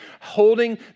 holding